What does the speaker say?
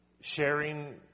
sharing